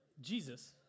Jesus